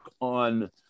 on